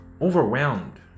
overwhelmed